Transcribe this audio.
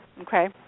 okay